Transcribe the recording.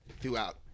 throughout